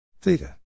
Theta